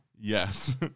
yes